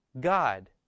God